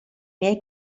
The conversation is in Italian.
miei